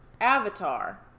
Avatar